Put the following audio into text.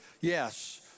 Yes